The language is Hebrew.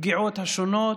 והפגיעות השונות,